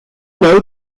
know